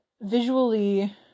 visually